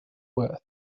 worth